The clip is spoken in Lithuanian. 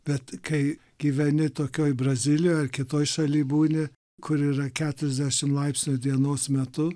bet kai gyveni tokioj brazilijoj ar kitoj šaly būni kur yra keturiasdešim laipsnių dienos metu